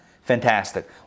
Fantastic